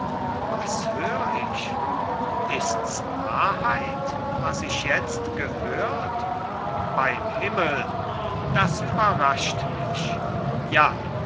was hör ich ists wahrheit was ich jetzt gehört beim himmel das überrascht mich ja